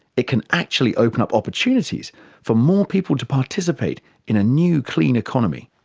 it can actually open up opportunities for more people to participate in a new clean economy.